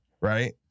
right